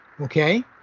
Okay